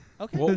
Okay